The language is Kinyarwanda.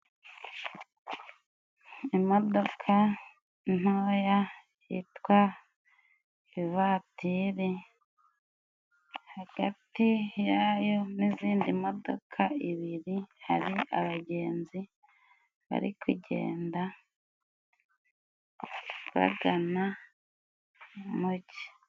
Imodoka ntoya yitwa ivatiri, hagati yayo n'izindi modoka ibiri, hari abagenzi bari kugenda bagana mu mujyi.